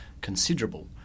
considerable